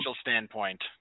standpoint